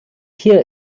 hier